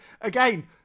again